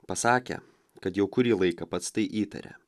pasakė kad jau kurį laiką pats tai įtarė